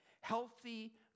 healthy